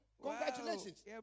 Congratulations